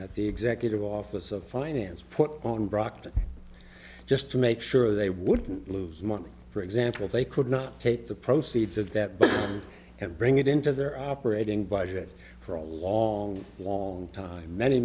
at the executive office of finance put on brockton just to make sure they wouldn't lose money for example they could not take the proceeds of that but and bring it into their operating budget for a long long time many